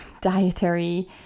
dietary